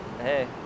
Hey